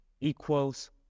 equals